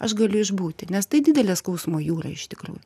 aš galiu išbūti nes tai didelė skausmo jūra iš tikrųjų